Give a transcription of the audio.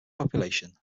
population